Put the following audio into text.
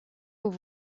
aux